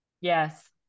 Yes